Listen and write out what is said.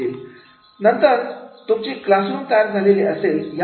आणि नंतर तुमची क्लासरूम तयार झालेली असेल